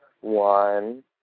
One